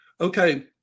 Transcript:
Okay